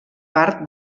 part